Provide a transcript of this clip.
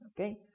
Okay